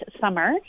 summer